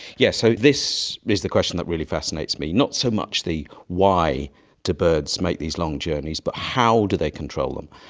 yes, so this is the question that really fascinates me, not so much the why do birds make these long journeys but how do they control them,